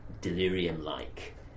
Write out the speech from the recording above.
delirium-like